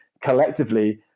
collectively